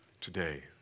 today